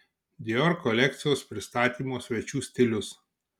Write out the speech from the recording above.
dior kolekcijos pristatymo svečių stilius